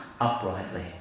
uprightly